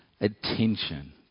attention